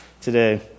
today